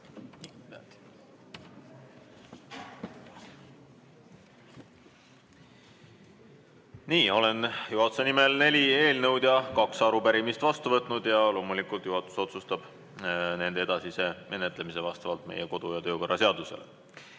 Nii, olen juhatuse nimel neli eelnõu ja kaks arupärimist vastu võtnud ja loomulikult juhatus otsustab nende edasise menetlemise vastavalt meie kodu- ja töökorra seadusele.